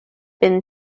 been